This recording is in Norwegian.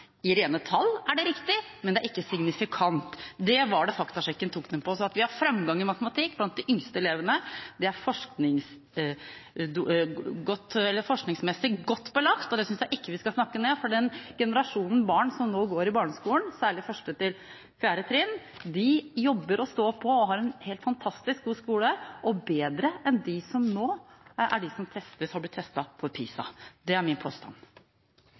I rene tall er det riktig, men det er ikke signifikant. Det var dette faktasjekken tok dem på. Vi har framgang i matematikk blant de yngste elevene. Det er forskningsmessig godt belagt, og det synes jeg ikke vi skal snakke ned. Den generasjonen barn som nå går på barneskolen, særlig på 1.–4. trinn, jobber og står på. De har en helt fantastisk god skole – bedre enn den som de som nå har blitt testet i PISA-undersøkelsen, har. Det er min påstand.